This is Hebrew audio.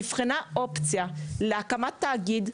נבחנה אופציה להקמת תאגיד.